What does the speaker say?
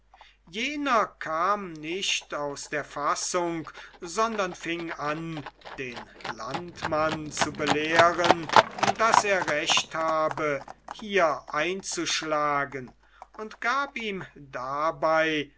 jener kam nicht aus der fassung sondern fing an den landmann zu belehren daß er recht habe hier einzuschlagen und gab ihm dabei